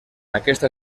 aquesta